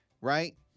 Right